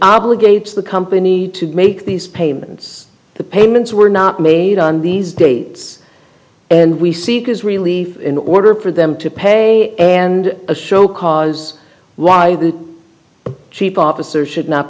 obligates the company to make these payments the payments were not made on these dates and we seek is relief in order for them to pay and to show cause why the cheap officer should not